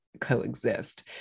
coexist